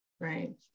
right